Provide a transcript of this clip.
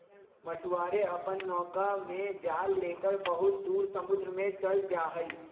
मछुआरे अपन नौका में जाल लेकर बहुत दूर समुद्र में चल जाहई